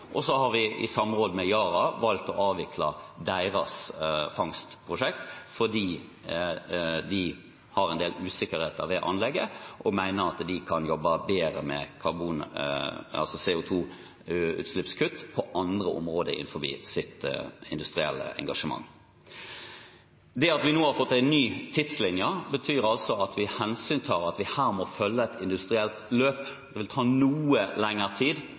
og så har vi i samråd med Yara valgt å avvikle deres fangstprosjekt, fordi de har en del usikkerheter ved anlegget og mener at de kan jobbe bedre med CO 2 -utslippskutt på andre områder innenfor sitt industrielle engasjement. Det at vi nå har fått en ny tidslinje, betyr altså at vi hensyntar at vi her må følge et industrielt løp. Det vil ta noe lengre tid